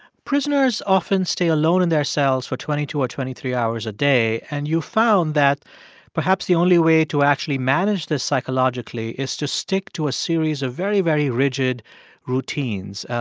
prisoners often stay alone in their cells for twenty two or twenty three hours a day. and you found that perhaps the only way to actually manage this psychologically is to stick to a series of very, very rigid routines.